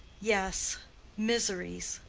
yes miseries.